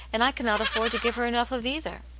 and i cannot afford to give her enough of either!